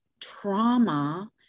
trauma